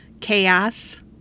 chaos